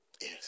Yes